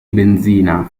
benzina